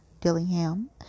Dillingham